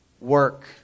work